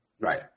Right